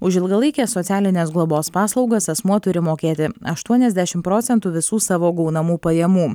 už ilgalaikės socialinės globos paslaugas asmuo turi mokėti aštuoniasdešim procentų visų savo gaunamų pajamų